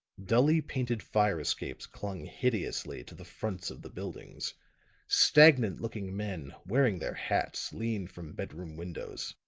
dully painted fire-escapes clung hideously to the fronts of the buildings stagnant-looking men, wearing their hats, leaned from bedroom windows.